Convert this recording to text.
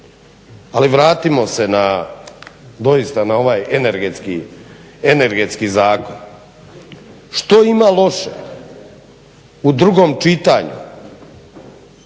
Ali vratimo se na, doista na ovaj energetski, energetski zakon. Što ima loše u drugom čitanju?